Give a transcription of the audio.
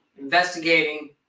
investigating